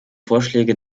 vorschläge